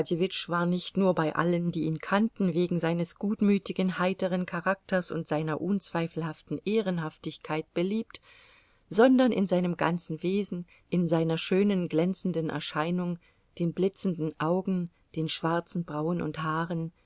war nicht nur bei allen die ihn kannten wegen seines gutmütigen heiteren charakters und seiner unzweifelhaften ehrenhaftigkeit beliebt sondern in seinem ganzen wesen in seiner schönen glänzenden erscheinung den blitzenden augen den schwarzen brauen und haaren